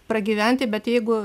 pragyventi bet jeigu